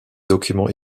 documents